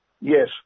Yes